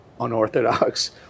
unorthodox